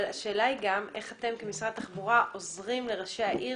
אבל השאלה היא גם איך אתם כמשרד התחבורה עוזרים לראשי העיר